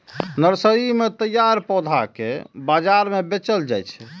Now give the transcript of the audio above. nursery मे तैयार पौधा कें बाजार मे बेचल जाइ छै